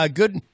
good